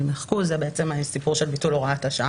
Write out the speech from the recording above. יימחקו." זה בעצם הסיפור של ביטול הוראת השעה,